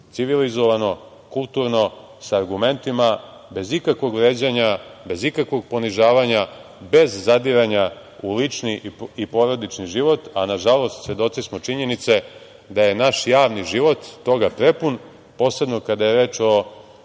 civilizovano, kulturno, sa argumentima, bez ikakvog vređanja, bez ikakvog ponižavanja, bez zadiranja u lični i porodični život, a nažalost, svedoci smo činjenice da je naš javni život toga prepun, posebno kada je reč o